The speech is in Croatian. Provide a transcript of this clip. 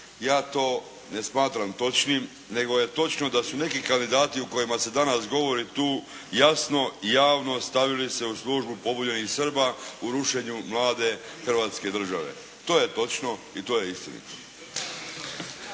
Ja to ne smatram točnim, nego je točno da se neki kandidati o kojima se danas govori tu jasno, javno stavili se u službu pobunjenih Srba u rušenju mlade hrvatske države. To je točno i to je istinito.